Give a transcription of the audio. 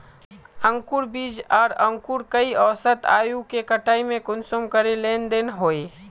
अंकूर बीज आर अंकूर कई औसत आयु के कटाई में कुंसम करे लेन देन होए?